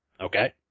Okay